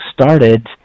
started